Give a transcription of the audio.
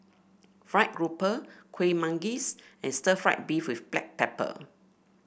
fried grouper Kueh Manggis and stir fry beef with Black Pepper